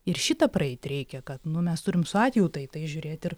ir šitą praeit reikia kad nu mes turim su atjauta į tai žiūrėt ir